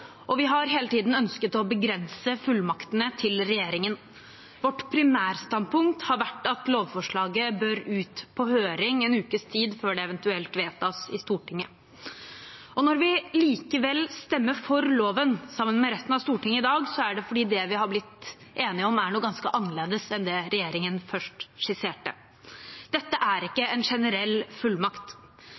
og vi har hele tiden ønsket å begrense regjeringens fullmakter. Vårt primærstandpunkt har vært at lovforslaget bør ut på høring en ukes tid før det eventuelt vedtas i Stortinget. Når vi likevel stemmer for loven sammen med resten av Stortinget i dag, er det fordi det vi har blitt enige om, er noe ganske annerledes enn det regjeringen først skisserte. Dette er ikke en generell fullmakt.